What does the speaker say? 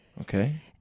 Okay